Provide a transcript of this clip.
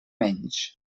menys